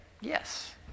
yes